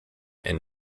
and